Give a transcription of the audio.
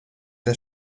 der